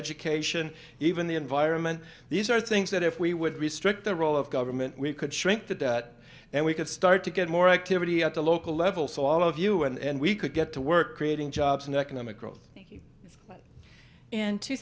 education even the environment these are things that if we would restrict the role of government we could shrink the debt and we could start to get more activity at the local level so all of you and we could get to work creating jobs and economic growth in two